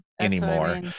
anymore